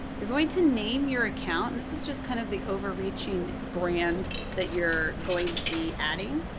you're going to name your account, and this is just kind of the overreaching brand that you're going to be adding.